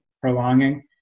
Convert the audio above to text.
prolonging